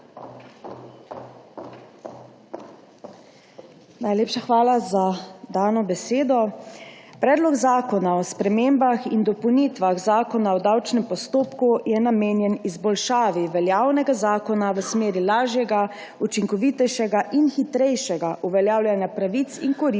Najlepša hvala za dano besedo. Predlog zakona o spremembah in dopolnitvah Zakona o davčnem postopku je namenjen izboljšavi veljavnega zakona v smeri lažjega, učinkovitejšega in hitrejšega uveljavljanja pravic in koristi davčnih